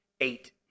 Eight